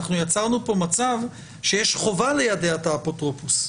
אנחנו יצרנו פה מצב שיש חובה ליידע את האפוטרופוס,